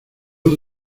luz